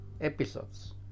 episodes